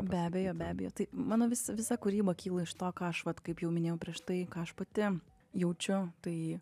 be abejo be abejo tai mano vis visa kūryba kyla iš to ką aš vat kaip jau minėjau prieš tai ką aš pati jaučiu tai